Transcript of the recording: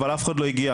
אבל אף אחד לא הגיע,